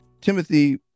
Timothy